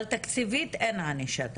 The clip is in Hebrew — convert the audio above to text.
אבל אין ענישה תקציבית.